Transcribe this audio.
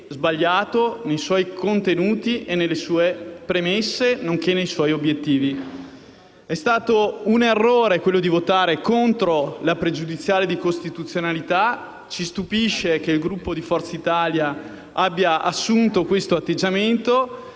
sbagliato nei suoi contenuti, nelle sue premesse nonché nei suoi obiettivi. È stato un errore votare contro la pregiudiziale di costituzionalità; ci stupisce che il Gruppo Forza Italia abbia assunto un tale atteggiamento.